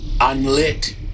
unlit